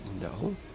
No